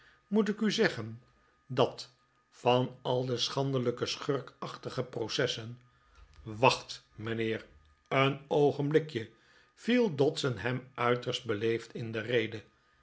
moet ik u zeggen dat van al de schandelijke schurkachtige processen wacht mijnheer een oogenblikje viel dodson hem uiterst beleefd in de rede